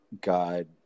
God